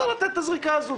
צריך לתת את הזריקה הזו,